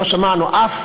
לא שמענו אף